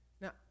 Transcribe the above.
Now